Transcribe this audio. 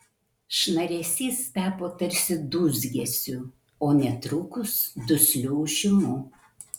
šnaresys tapo tarsi dūzgesiu o netrukus dusliu ūžimu